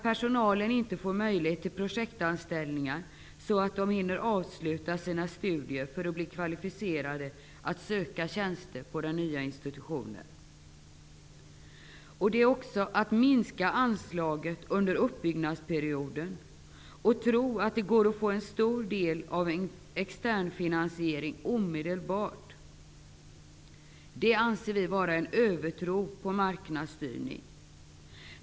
Personalen får inte möjlighet till projektanställningar, så man hinner inte avsluta sina studier för att bli kvalificerad att söka tjänster på den nya institutionen. Man minskar anslaget under uppbyggnadsperioden och tror att det går att få en stor del av externfinansiering omedelbart. Det anser vi vara en övertro på marknadsstyrning.